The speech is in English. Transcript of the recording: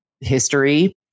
history